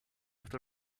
moved